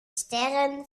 sterren